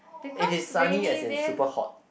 it is sunny as in super hot